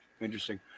interesting